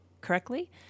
correctly